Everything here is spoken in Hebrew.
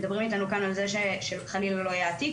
מדברים איתנו כאן על זה שחלילה לא יעתיקו,